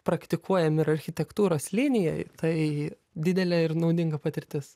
praktikuojam ir architektūros linijoj tai didelė ir naudinga patirtis